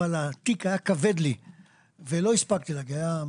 אבל התיק היה כבד לי ולא הספקתי להגיע.